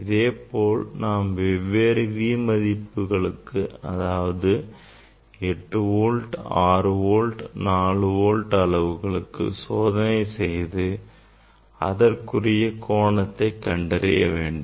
இதேபோல் நாம் வெவ்வேறு V மதிப்புகளுக்கு அதாவது 8 வோல்ட் 6 வோல்ட் 4 வோல்ட் அளவுகளுக்கு சோதனை செய்து கோணத்தை கண்டறிய வேண்டும்